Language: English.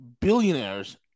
billionaires